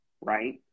right